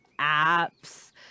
apps